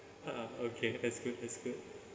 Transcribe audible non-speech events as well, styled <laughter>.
<laughs> okay that's good that's good